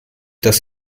dass